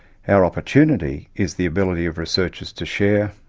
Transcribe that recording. our opportunity is the ability of researchers to share,